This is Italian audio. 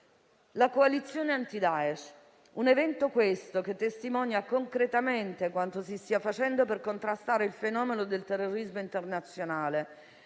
la coalizione anti-Daesh, un evento che testimonia concretamente quanto si stia facendo per contrastare il fenomeno del terrorismo internazionale;